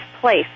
place